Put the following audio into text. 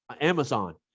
Amazon